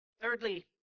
Thirdly